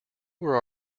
were